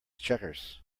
checkers